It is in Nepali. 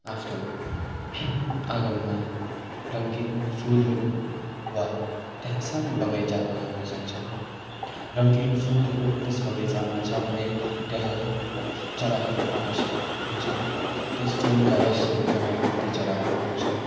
आफ्नो आँगनमा रङ्गिन फुलहरू वा त्यहाँ सानो बगैँचा बनाउन सक्छौँ रङ्गिन फुलहरू त्यस बगैँचामा छ भने त्यहाँ चराहरू आकर्षित हुन्छ त्यस फुलका रसहरू खान ती चराहरू आउँछन्